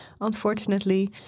unfortunately